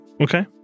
Okay